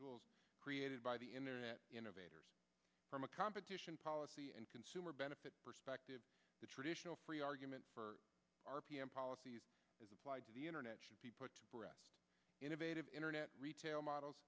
tools created by the internet innovators from a competition policy and consumer benefit perspective the traditional free argument for r p m policies as applied to the internet should be put to rest innovative internet retail models